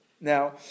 Now